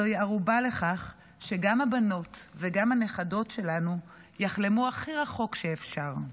זוהי ערובה לכך שגם הבנות וגם הנכדות שלנו יחלמו הכי רחוק שאפשר.